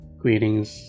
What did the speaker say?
greetings